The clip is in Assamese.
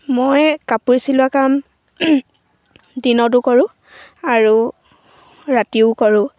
মই কাপোৰ চিলোৱা কাম দিনতো কৰোঁ আৰু ৰাতিও কৰোঁ